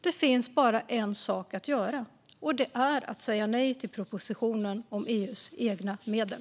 Det finns bara en sak att göra, och det är att säga nej till propositionen om EU:s egna medel.